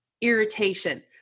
irritation